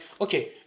okay